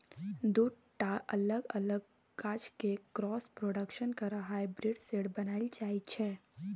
दु टा अलग अलग गाछ केँ क्रॉस प्रोडक्शन करा हाइब्रिड सीड बनाएल जाइ छै